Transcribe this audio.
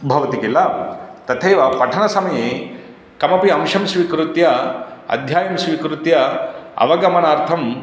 भवति किल तथैव पठनसमये कमपि अंशं स्वीकृत्य अध्यायं स्वीकृत्य अवगमनार्थं